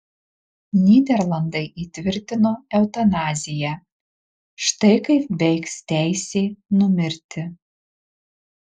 nyderlandai įtvirtino eutanaziją štai kaip veiks teisė numirti